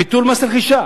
ביטול מס רכישה,